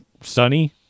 sunny